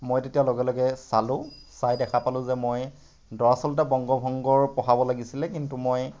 মই তেতিয়া লগে লগে চালোঁ চাই দেখা পালোঁ যে মই দৰাচলতে বংগ ভংগৰ পঢ়াব লাগিছিলে কিন্তু মই